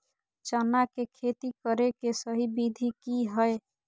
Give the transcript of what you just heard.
चना के खेती करे के सही विधि की हय?